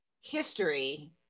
history